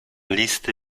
listy